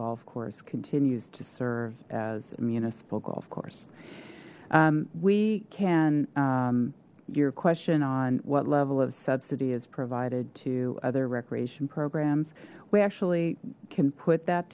golf course continues to serve as a municipal golf course we can your question on what level of subsidy is provided to other recreation programs we actually can put that